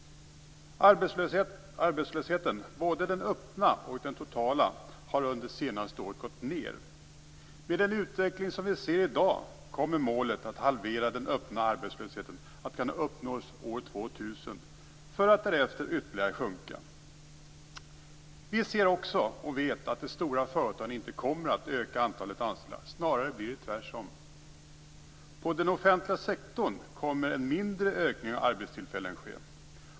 Arbetslösheten, både den öppna och den totala, har under det senaste året gått ned. Med den utveckling som vi i dag ser kommer målet om att halvera den öppna arbetslösheten att kunna uppnås år 2000, och därefter kommer den att sjunka ytterligare. Vi ser, och vet, att de stora företagen inte kommer att öka antalet anställda. Snarare blir det tvärtom. Inom den offentliga sektorn kommer en mindre ökning av antalet arbetstillfällen att ske.